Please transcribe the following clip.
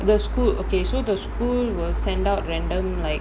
the school okay so the school will send out random like